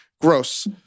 Gross